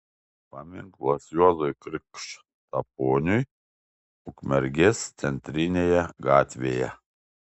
paminklas juozui krikštaponiui ukmergės centrinėje gatvėje